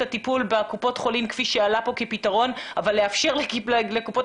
הטיפול בקופות החולים כפי שעלה כאן כפתרון אבל לאפשר לקופות